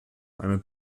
einer